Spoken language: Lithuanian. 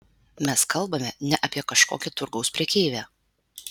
mes kalbame ne apie kažkokią turgaus prekeivę